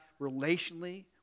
relationally